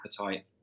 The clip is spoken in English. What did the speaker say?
appetite